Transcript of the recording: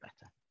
better